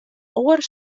oar